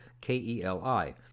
K-E-L-I